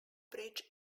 bridge